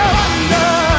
wonder